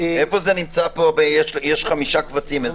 עכשיו